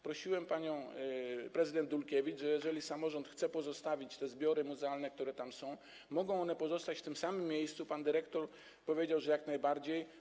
Prosiłem panią prezydent Dulkiewicz, że jeżeli samorząd chce pozostawić te zbiory muzealne, które tam są, mogą one pozostać w tym samym miejscu, pan dyrektor powiedział, że jak najbardziej.